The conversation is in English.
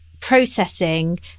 processing